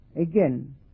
again